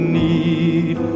need